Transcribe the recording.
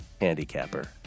handicapper